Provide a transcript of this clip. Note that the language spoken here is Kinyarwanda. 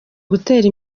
gutera